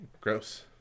Gross